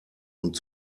und